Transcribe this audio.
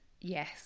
Yes